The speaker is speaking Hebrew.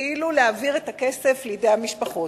כאילו להעביר את הכסף לידי המשפחות.